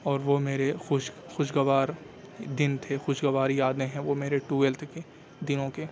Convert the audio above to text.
اور وہ میرے خوش خوشگوار دن تھے خوشگوار یادیں ہیں وہ میرے ٹویلتھ کے دنوں کے